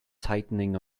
tightening